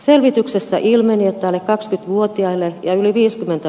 selvityksessä ilmeni että ne kaksi vuotiaille ja yli viisikymmentä